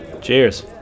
Cheers